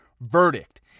verdict